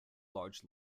large